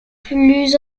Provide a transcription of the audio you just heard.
plus